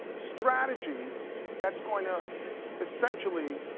strategy that's going to essentially